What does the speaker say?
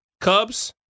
Cubs